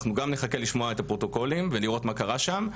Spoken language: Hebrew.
אנחנו גם נחכה לשמוע את הפרוטוקולים ולראות מה קרה שם,